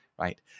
Right